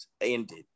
ended